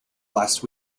last